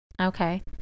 Okay